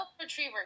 retriever